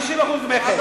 50% מכס.